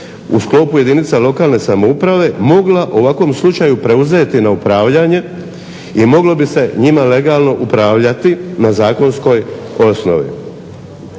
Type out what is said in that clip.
u sklopu jedinica lokalne samouprave mogla u ovakvom slučaju preuzeti na upravljanje i moglo bi se njima legalno upravljati na zakonskoj osnovi.